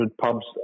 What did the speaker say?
pubs